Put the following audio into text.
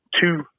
two